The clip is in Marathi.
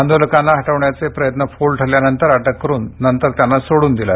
आंदोलकांना हटवण्याचे प्रयत्न फोल ठरल्यानंतर अटक करून नंतर सोडून दिलं